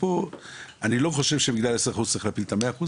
פה אני לא חושב שבגלל 10% צריך להפיל את ה-100%,